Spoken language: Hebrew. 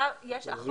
לא